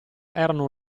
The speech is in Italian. erano